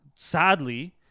Sadly